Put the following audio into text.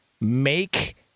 make